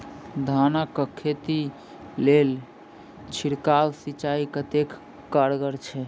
धान कऽ खेती लेल छिड़काव सिंचाई कतेक कारगर छै?